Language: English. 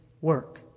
work